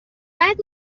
بعد